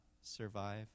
survive